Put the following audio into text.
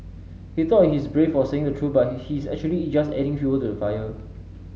he thought he's brave for saying the truth but he's actually just adding fuel to the fire